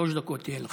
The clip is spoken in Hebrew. שלוש דקות יהיו לך.